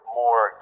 more